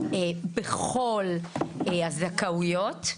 בכל הזכאויות.